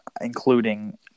including